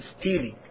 stealing